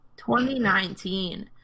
2019